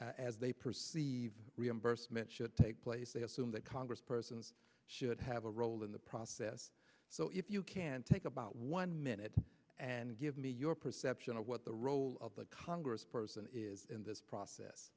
as they perceive reimbursement should take place they assume that congress persons should have a role in the process so if you can take about one minute and give me your perception of what the role of the congress person is in this process